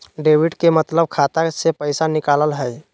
debit के मतलब खाता से पैसा निकलना हय